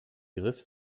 griff